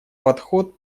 подход